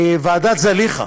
ועדת זליכה,